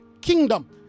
kingdom